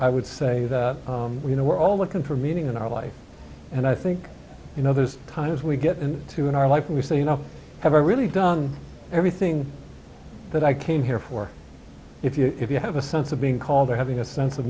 i would say that you know we're all looking for meaning in our life and i think you know there's times we get in to in our life and we say you know have i really done everything that i came here for if you if you have a sense of being called a having a sense of